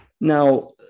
Now